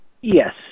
Yes